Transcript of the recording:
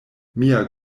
mia